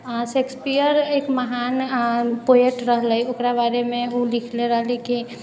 Shakespeare एक महान poet रहलै ओकरा बारेमे ओ लिखने रहलै कि